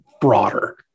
broader